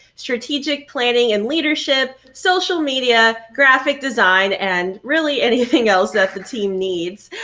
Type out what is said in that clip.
strategic planning and leadership, social media, graphic design and really anything else that the team needs.